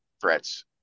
threats